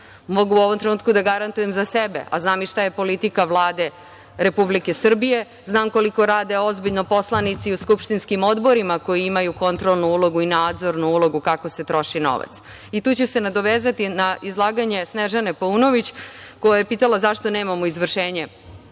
Mogu u ovom trenutku da garantujem za sebe, a znam i šta je politika Vlade Republike Srbije, znam koliko rade ozbiljno poslanici u skupštinskim odborima koji imaju kontrolnu ulogu i nadzornu ulogu kako se troši novac. Tu ću se nadovezati na izlaganje Snežane Paunović koja je pitala zašto nemamo izvršenje